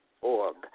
org